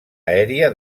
aèria